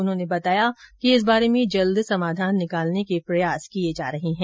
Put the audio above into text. उन्होंने बताया कि इस बारे में जल्द समाधान निकालने के प्रयास जारी है